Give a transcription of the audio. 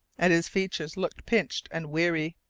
and his features looked pinched and weary.